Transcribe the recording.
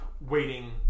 waiting